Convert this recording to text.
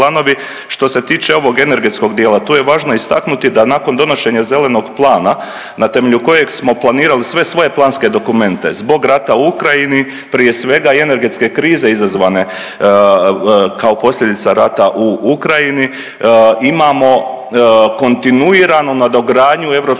Što se tiče ovog energetskog dijela, tu je važno istaknuti da nakon donošenja Zelenog plana na temelju kojeg smo planirali sve svoje planske dokumente zbog rata u Ukrajini prije svega i energetske krize izazvane kao posljedica rata u Ukrajini imamo kontinuirano nadogradnju